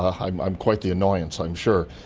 ah i'm i'm quite the annoyance, i'm sure.